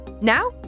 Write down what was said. Now